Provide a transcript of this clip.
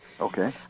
Okay